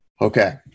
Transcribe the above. Okay